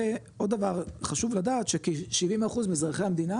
ועוד דבר שחשוב לדעת, ש-70% מאזרחי המדינה